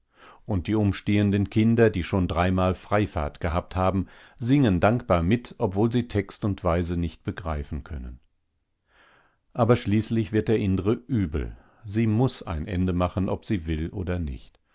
und die umstehenden kinder die schon dreimal freifahrt gehabt haben singen dankbar mit obwohl sie text und weise nicht begreifen können aber schließlich wird der indre übel sie muß ein ende machen ob sie will oder nicht